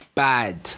Bad